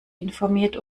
informiert